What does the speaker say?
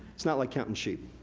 it's not like counting sheep.